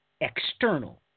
external